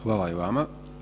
Hvala i vama.